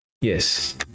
Yes